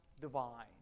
divine